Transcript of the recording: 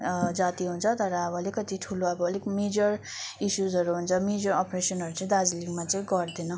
जाती हुन्छ तर अब अलिकति ठुलो अब अलिक मेजर इस्युजहरू हुन्छ मेजर ओपरेसनहरू चाहिँ दार्जिलिङमा चाहिँ गर्दैन